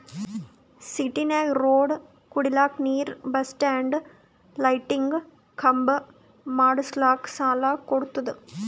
ಸಿಟಿನಾಗ್ ರೋಡ್ ಕುಡಿಲಕ್ ನೀರ್ ಬಸ್ ಸ್ಟಾಪ್ ಲೈಟಿಂದ ಖಂಬಾ ಮಾಡುಸ್ಲಕ್ ಸಾಲ ಕೊಡ್ತುದ